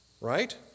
right